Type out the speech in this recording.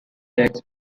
text